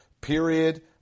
period